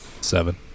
Seven